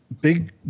Big